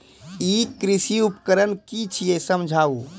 ई कृषि उपकरण कि छियै समझाऊ?